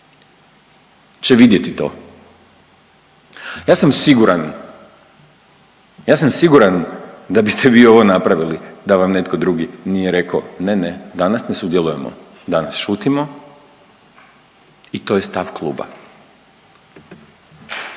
će vidjeti to. Ja sam siguran, ja sam siguran da biste vi ovo napravili da vam netko drugi nije rekao ne, ne danas ne sudjelujemo, danas šutimo i to je stav kluba.